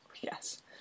Yes